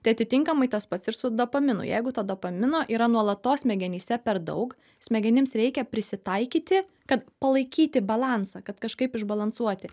tai atitinkamai tas pats ir su dopaminu jeigu to dopamino yra nuolatos smegenyse per daug smegenims reikia prisitaikyti kad palaikyti balansą kad kažkaip išbalansuoti